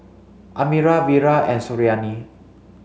Amirah Wira and Suriani